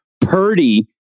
Purdy